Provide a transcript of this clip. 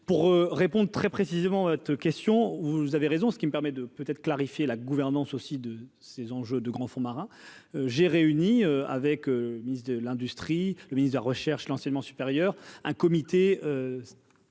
pour répondre très précisément à votre question, vous avez raison, ce qui me permet de peut-être clarifier la gouvernance aussi de ces enjeux de grands fonds marins j'ai réuni avec le ministre de l'industrie, le ministre de la recherche, l'enseignement supérieur, un comité.